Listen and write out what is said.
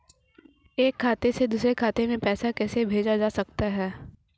एक खाते से दूसरे खाते में पैसा कैसे भेजा जा सकता है?